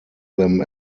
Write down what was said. them